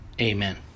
Amen